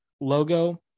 logo